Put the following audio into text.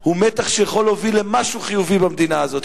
הוא מתח שיכול להוביל למשהו חיובי במדינה הזאת,